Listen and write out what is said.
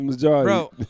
Bro